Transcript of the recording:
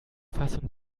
fassung